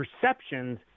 perceptions